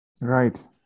Right